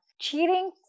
cheating